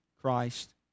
Christ